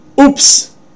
oops